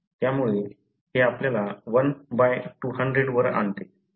त्यामुळे हे आपल्याला 1 बाय 200 वर आणते